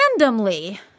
randomly